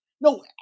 no